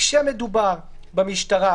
כשמדובר במשטרה,